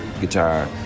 guitar